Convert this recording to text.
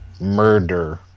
Murder